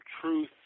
truth